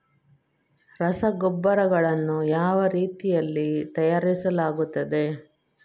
ರಸಗೊಬ್ಬರಗಳನ್ನು ಯಾವ ರೀತಿಯಲ್ಲಿ ತಯಾರಿಸಲಾಗುತ್ತದೆ?